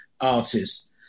artists